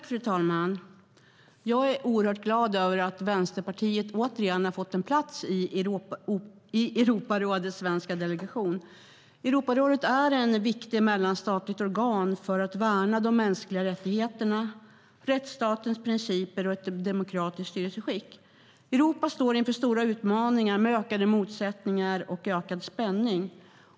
Fru talman! Jag är oerhört glad över att Vänsterpartiet återigen har fått en plats i Europarådets svenska delegation. Europarådet är ett viktigt mellanstatligt organ för att värna de mänskliga rättigheterna, rättsstatens principer och ett demokratiskt styrelseskick. Europa står inför stora utmaningar med ökade motsättningar och ökad spänning.